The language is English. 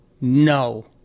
no